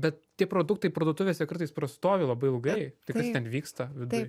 bet tie produktai parduotuvėse kartais prastovi labai ilgai tai kas ten vyksta viduj